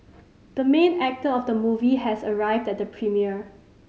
the main actor of the movie has arrived at the premiere